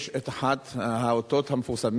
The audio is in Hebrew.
יש את אחד האותות המפורסמים,